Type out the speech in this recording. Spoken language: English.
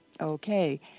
Okay